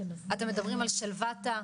אתם מדברים על שלוותא,